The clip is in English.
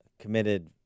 committed